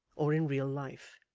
or in real life.